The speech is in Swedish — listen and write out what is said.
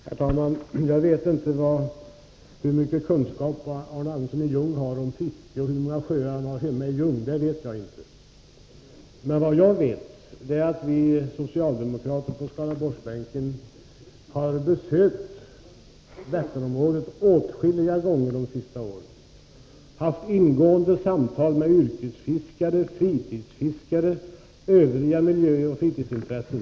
Herr talman! Jag vet inte hur mycket kunskap Arne Andersson i Ljung har om fiske och hur många sjöar han har hemma i Ljung. Men jag vet att vi socialdemokrater på Skaraborgsbänken har besökt Vätternområdet åtskilliga gånger under de senaste åren och haft ingående samtal med yrkesfiskare, fritidsfiskare och andra personer med miljöoch fritidsintressen.